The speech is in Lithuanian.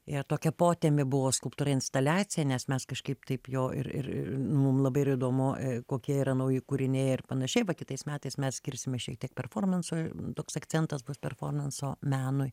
ir tokia potemė buvo skulptūra instaliacija nes mes kažkaip taip jo ir ir mum labai yra įdomu kokie yra nauji kūriniai ir panašiai va kitais metais mes skirsime šiek tiek performansui toks akcentas bus performanso menui